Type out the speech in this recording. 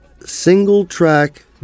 Single-track